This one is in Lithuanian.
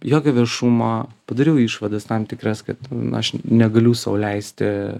jokio viešumo padariau išvadas tam tikras kad aš negaliu sau leisti